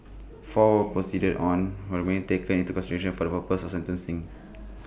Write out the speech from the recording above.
four were proceeded on when main taken into consideration for the purposes of sentencing